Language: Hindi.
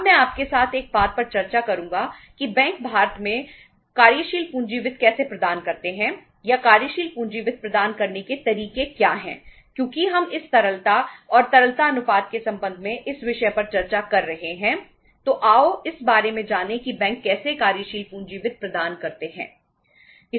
अब मैं आपके साथ एक बात पर चर्चा करूंगा कि बैंक भारत में कार्यशील पूंजी वित्त कैसे प्रदान करते हैं या कार्यशील पूंजी वित्त प्रदान करने के तरीके क्या हैं क्योंकि हम इस तरलता और तरलता अनुपात के संबंध में इस विषय पर चर्चा कर रहे हैं तो आओ इस बारे में जाने कि बैंक कैसे कार्यशील पूंजी वित्त प्रदान करते हैं